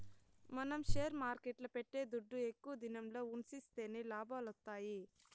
మనం షేర్ మార్కెట్ల పెట్టే దుడ్డు ఎక్కువ దినంల ఉన్సిస్తేనే లాభాలొత్తాయి